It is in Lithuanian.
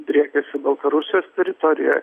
driekiasi baltarusijos teritorijoj